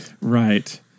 Right